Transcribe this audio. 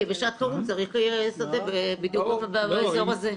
כי בשעת חירום צריך שדה בדיוק באזור הזה.